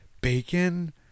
bacon